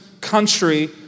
country